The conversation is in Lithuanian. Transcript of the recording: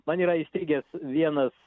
man yra įstrigęs vienas